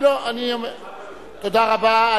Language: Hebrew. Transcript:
תודה רבה.